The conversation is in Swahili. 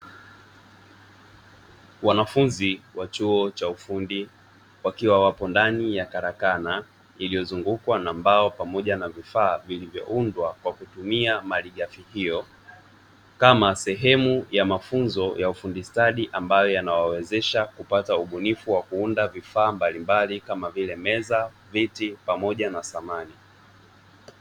Wanafunzi wa chuo cha ufundi wakiwa wako ndani ya karakana iliyozungukwa na mbao pamoja na vifaa vilivyoundwa kwa kutumia malighafi hiyo kama sehemu ya mafunzo ya ufundi stadi ambayo yanawawezesha kupata ubunifu wa kuunda vifaa mbalimbali kama vile: meza, viti pamoja na samani.